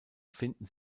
finden